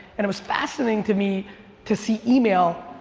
and it was fascinating to me to see email.